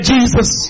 Jesus